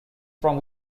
from